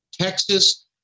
Texas